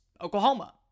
Oklahoma